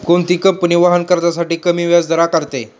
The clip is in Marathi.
कोणती कंपनी वाहन कर्जासाठी कमी व्याज आकारते?